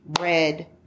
red